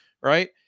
right